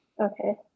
Okay